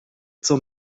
zur